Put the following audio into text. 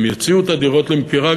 הם יציעו את הדירות למכירה,